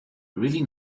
really